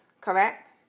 correct